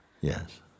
Yes